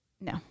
No